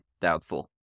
doubtful